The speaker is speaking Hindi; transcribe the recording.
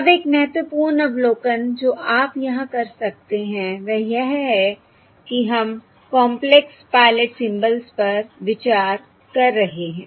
अब एक महत्वपूर्ण अवलोकन जो आप यहां कर सकते हैं वह यह है कि हम कॉंपलेक्स पायलट सिंबल्स पर विचार कर रहे हैं